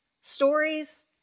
stories